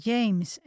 James